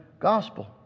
gospel